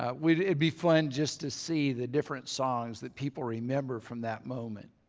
ah wouldn't it be fun just to see the different songs that people remember from that moment?